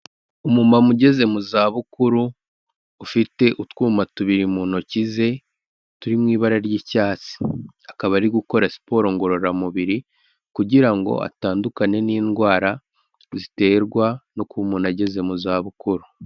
Umumama ugeze mu zabukuru, ufite utwuma tubiri mu ntoki ze, turi mu ibara ry'icyatsi. Akaba ari gukora siporo ngororamubiri kugira ngo atandukane n'indwara ziterwa no kuba umuntu ageze mu zabukuru.